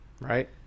Right